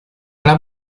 alla